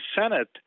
Senate